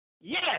Yes